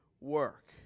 work